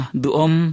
duom